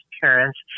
parents